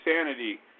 insanity